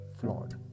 flawed